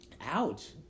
Ouch